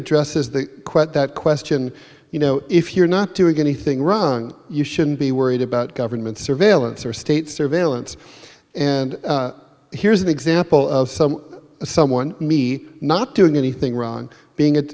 addresses the quote that question you know if you're not doing anything wrong you shouldn't be worried about government surveillance or state surveillance and here's an example of some someone me not doing anything wrong being